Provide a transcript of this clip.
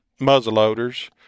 muzzleloaders